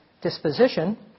disposition